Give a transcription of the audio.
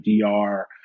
DR